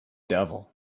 devil